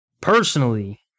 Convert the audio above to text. personally